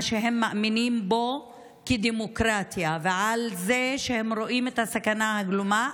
שהם מאמינים שהוא דמוקרטיה ועל זה שהם רואים את הסכנה הגלומה,